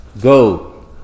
Go